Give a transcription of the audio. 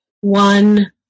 one